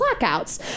blackouts